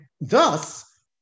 thus